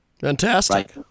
fantastic